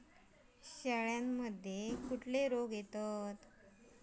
शेळ्यामध्ये खैचे रोग येतत?